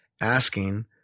asking